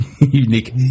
unique